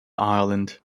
ireland